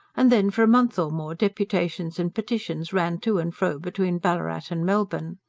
and then, for a month or more, deputations and petitions ran to and fro between ballarat and melbourne.